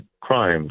crimes